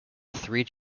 three